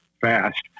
fast